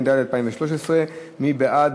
התשע"ד 2013. מי בעד?